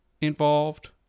involved